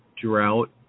drought